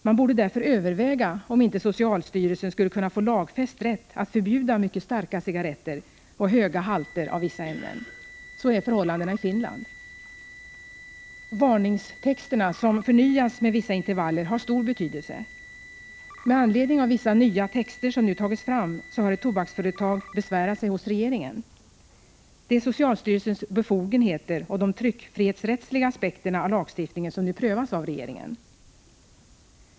Man borde därför överväga om inte socialstyrelsen skulle kunna få lagfäst rätt att förbjuda mycket starka cigarretter och höga halter av vissa ämnen. Så är förhållandet i Finland. Varningstexterna som förnyas med vissa intervaller har stor betydelse. Med anledning av vissa nya texter som nu tagits fram har ett tobaksföretag besvärat sig hos regeringen. Det är socialstyrelsens befogenheter och de tryckfrihetsrättsliga aspekterna av lagstiftningen som nu prövas av regeringen.